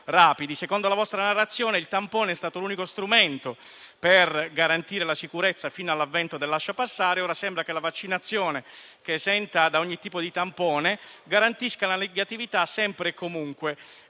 Secondo la vostra narrazione, il tampone è stato l'unico strumento per garantire la sicurezza fino all'avvento del lasciapassare, mentre ora sembra che la vaccinazione, che esenta da ogni tipo di tampone, garantisca la negatività sempre e comunque.